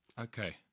okay